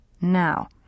Now